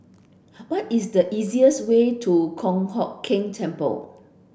what is the easiest way to Kong Hock Keng Temple